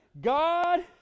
God